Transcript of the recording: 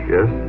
Yes